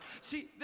See